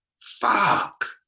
Fuck